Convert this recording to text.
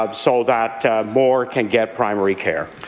um so that more can get primary care.